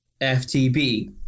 FTB